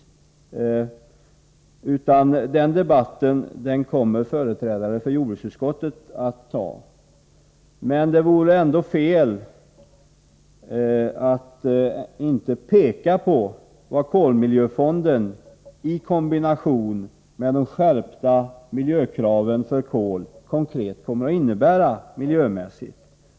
Miljödebatten kommer i stället att föras av företrädare för jordbruksutskottet. Men det vore fel att inte peka på vad kolmiljöfonden i kombination med skärpningen av miljökraven när det gäller kol konkret kommer att innebära miljömässigt.